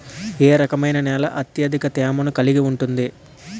ఏ రకమైన నేల అత్యధిక తేమను కలిగి ఉంటుంది?